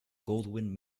goldwyn